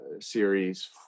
series